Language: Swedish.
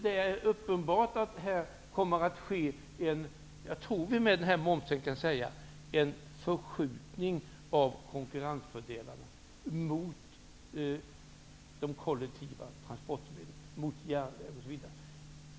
Med momssänkningen kommer det uppenbarligen att ske en förskjutning av konkurrensfördelarna mot de kollektiva transportmedlen, mot järnvägen osv.